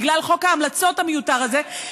בגלל חוק ההמלצות המיותר הזה,